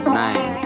nine